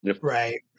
Right